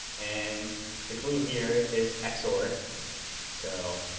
and the clue here is xor. so,